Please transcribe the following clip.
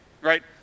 right